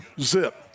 Zip